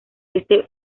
este